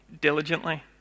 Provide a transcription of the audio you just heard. diligently